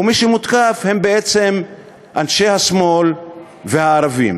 ומי שמותקף זה בעצם אנשי השמאל והערבים,